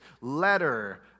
letter